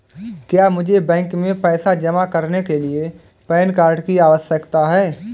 क्या मुझे बैंक में पैसा जमा करने के लिए पैन कार्ड की आवश्यकता है?